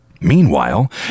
Meanwhile